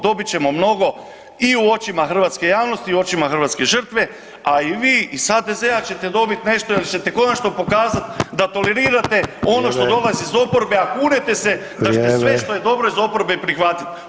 Dobit ćemo mnogo i u očima hrvatske javnosti i u očima hrvatske žrtve, a i vi iz HDZ-a ćete dobiti nešto jer ćete konačno pokazati da tolerirate ono što dolazi iz oporbe [[Upadica: Vrijeme.]] a kunete se da ćete sve što je dobro [[Upadica: Vrijeme.]] iz oporbe i prihvatiti.